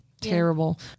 Terrible